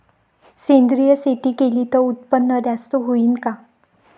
सेंद्रिय शेती केली त उत्पन्न जास्त होईन का?